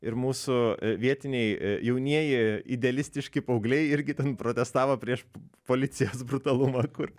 ir mūsų vietiniai jaunieji idealistiški paaugliai irgi ten protestavo prieš p policijos brutalumą kur